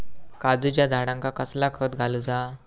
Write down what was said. काजूच्या झाडांका कसला खत घालूचा?